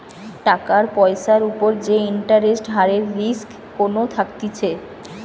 টাকার পয়সার উপর যে ইন্টারেস্ট হারের রিস্ক কোনো থাকতিছে